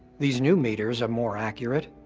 these new meters are more accurate.